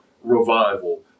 revival